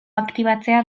aktibatzea